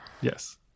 Yes